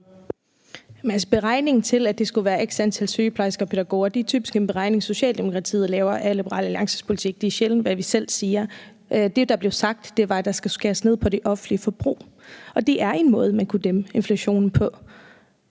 Beregningen af, at det skulle være x antal sygeplejersker og pædagoger, er typisk en beregning, Socialdemokratiet laver af Liberal Alliances politik. Det er sjældent, at vi selv siger det. Det, der blev sagt, var, at der skal skæres ned på det offentlige forbrug, og det er en måde, man kunne inddæmme inflationen på.